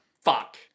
Fuck